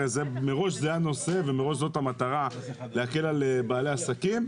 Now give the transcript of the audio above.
הרי זה מראש זה הנושא ומראש זאת המטרה - להקל על בעלי העסקים.